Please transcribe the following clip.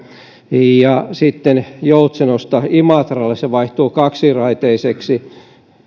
ja sitten joutsenosta imatralle se vaihtuu kaksiraiteiseksi